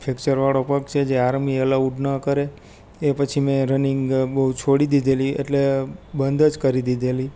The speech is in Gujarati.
ફેક્ચર વાળો પગ છે જે આર્મી અલાઉડ ન કરે એ પછી મેં રનિંગ બહુ છોડી દીધેલી એટલે બંધ જ કરી દીધેલી